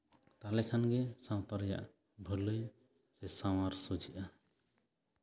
ᱛᱟᱦᱚᱞᱮ ᱠᱷᱟᱱᱜᱮ ᱥᱟᱶᱛᱟ ᱨᱮᱭᱟᱜ ᱵᱷᱟᱹᱞᱟᱹᱭ ᱥᱮ ᱥᱟᱶᱟᱨ ᱥᱚᱡᱷᱮᱜᱼᱟ